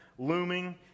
looming